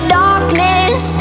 darkness